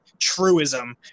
truism